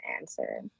answer